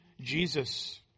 Jesus